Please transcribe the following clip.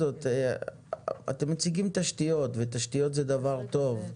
אתם מציגים תשתיות ותשתיות זה דבר טוב.